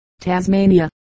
Tasmania